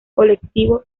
colectivo